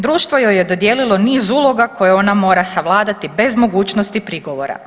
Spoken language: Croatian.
Društvo joj je dodijelilo niz uloga koje ona mora savladati bez mogućnost prigovora.